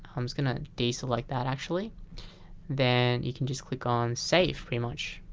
um just gonna deselect that actually then you can just click on save pretty much